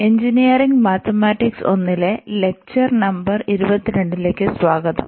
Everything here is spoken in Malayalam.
എഞ്ചിനീയറിംഗ് മാത്തമാറ്റിക്സ് 1 ലെ ലെക്ചർ നമ്പർ 22ലേക്ക് സ്വാഗതം